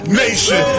nation